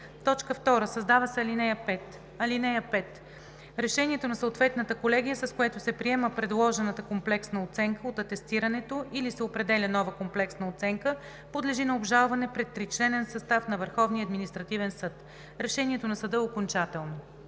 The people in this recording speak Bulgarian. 2. Създава се ал. 5: „(5) Решението на съответната колегия, с което се приема предложената комплексна оценка от атестирането или се определя нова комплексна оценка, подлежи на обжалване пред тричленен състав на Върховния административен